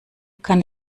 kann